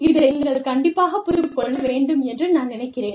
இதை நீங்கள் கண்டிப்பாகப் புரிந்து கொள்ள வேண்டும் என்று நான் நினைக்கிறேன்